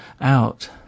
out